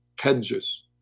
Hedges